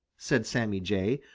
said sammy jay,